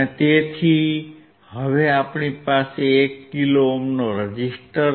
તેથી હવે આપણી પાસે 1 કિલો ઓહ્મનો રેઝીસ્ટર છે